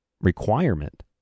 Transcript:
requirement